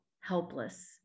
helpless